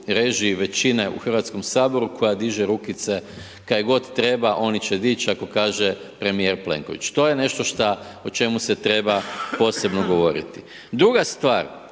većine u Hrvatskom saboru koja diže rukice kaj god treba, oni će dići ako kaže premijer Plenković, to je nešto šta o čemu se treba posebno govoriti. Druga stvar